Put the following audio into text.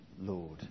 Lord